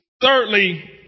Thirdly